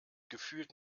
gefühlt